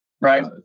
Right